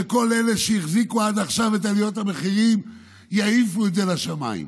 וכל אלה שהחזיקו עד עכשיו את עליות המחירים יעיפו את זה לשמיים.